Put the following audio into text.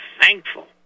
thankful